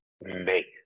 make